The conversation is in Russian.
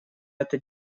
это